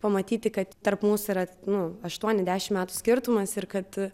pamatyti kad tarp mūsų yra nu aštuoni dešim metų skirtumas ir kad